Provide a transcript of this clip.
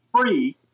free